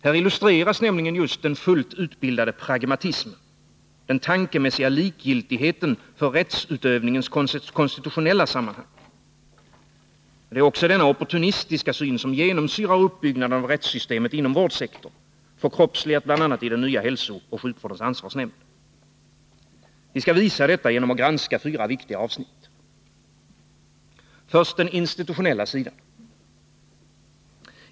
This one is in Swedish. Här illustreras nämligen just den fullt utbildade pragmatismen, den tankemässiga likgiltigheten för rättsutövningens konstitutionella sammanhang. Det är också denna opportunistiska syn som genomsyrar uppbyggnaden av rättssystemet inom vårdsektorn, förkroppsligat bl.a. i den nya hälsooch sjukvårdens ansvarsnämnd. Vi skall visa detta genom att granska fyra viktiga avsnitt. Först har vi den institutionella sidan.